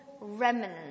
remnant